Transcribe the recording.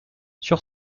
sur